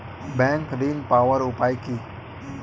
Bank ঋণ পাওয়ার উপায় কি?